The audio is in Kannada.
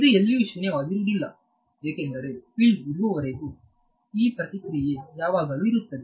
ಇದು ಎಲ್ಲಿಯೂ ಶೂನ್ಯವಾಗಿರುವುದಿಲ್ಲ ಏಕೆಂದರೆ ಫೀಲ್ಡ್ ಇರುವವರೆಗೂ ಈ ಪ್ರತಿಕ್ರಿಯೆ ಯಾವಾಗಲೂ ಇರುತ್ತದೆ